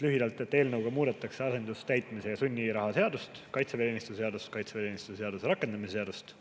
Lühidalt: eelnõuga muudetakse asendustäitmise ja sunniraha seadust, kaitseväeteenistuse seadust, kaitseväeteenistuse seaduse rakendamise seadust,